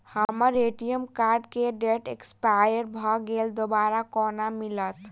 हम्मर ATM card केँ date expire भऽ गेल दोबारा कोना मिलत?